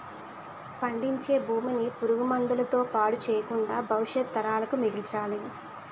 పండించే భూమిని పురుగు మందుల తో పాడు చెయ్యకుండా భవిష్యత్తు తరాలకు మిగల్చాలి